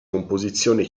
composizione